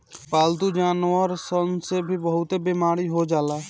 पालतू जानवर सन से भी बहुते बेमारी हो जाला